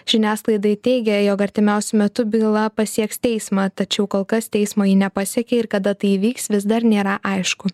žiniasklaidai teigė jog artimiausiu metu byla pasieks teismą tačiau kol kas teismo ji nepasiekė ir kada tai įvyks vis dar nėra aišku